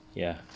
ya